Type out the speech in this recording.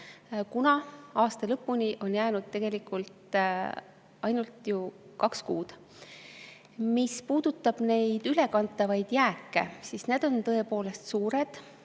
kuna aasta lõpuni on jäänud ju ainult kaks kuud. Mis puudutab ülekantavaid jääke, siis need on tõepoolest suured.